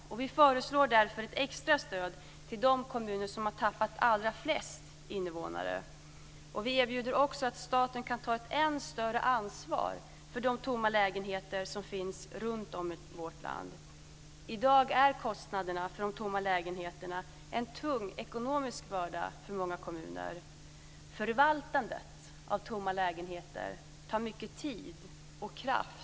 Vi föreslår därför ett extra stöd till de kommuner som tappat allra flest invånare. Vi erbjuder också att staten kan ta ett än större ansvar för de tomma lägenheter som finns runtom i vårt land. I dag är kostnaderna för de tomma lägenheterna en tung ekonomisk börda för många kommuner. Förvaltandet av tomma lägenheter tar mycket tid och kraft.